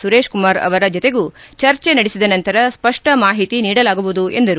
ಸುರೇಶ್ ಕುಮಾರ್ ಅವರ ಜತೆಗೂ ಚರ್ಚೆ ನಡೆಸಿದ ನಂತರ ಸ್ವಹ್ಷ ಮಾಹಿತಿ ನೀಡಲಾಗುವುದು ಎಂದರು